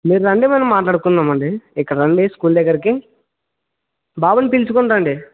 మీరు రండి మనం మాట్లాడుకుందాం అండి ఇక్కడ రండి స్కూల్ దగ్గరకి బాబుని పిలుచుకుని రండి